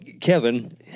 Kevin